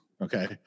Okay